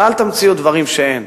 אבל אל תמציאו דברים שאין.